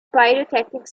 pyrotechnic